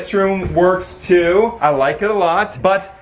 room works too. i like it a lot. but,